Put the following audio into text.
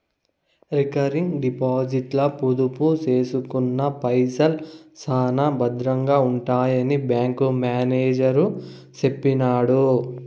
recurring డిపాజిట్ల పొదుపు సేసుకున్న పైసల్ శానా బద్రంగా ఉంటాయని బ్యాంకు మేనేజరు సెప్పినాడు